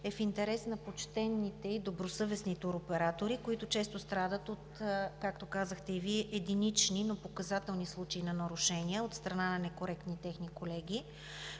е в интерес на почтените и добросъвестни туроператори, които често страдат от, както казахте и Вие, единични, но показателни случаи на нарушения от страна на некоректни техни колеги,